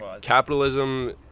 capitalism